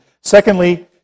secondly